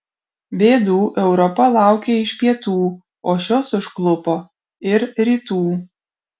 bėdų europa laukė iš pietų o šios užklupo ir rytų